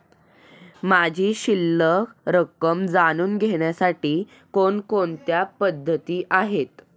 माझी शिल्लक रक्कम जाणून घेण्यासाठी कोणकोणत्या पद्धती आहेत?